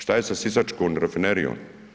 Što se sa sisačkom rafinerijom?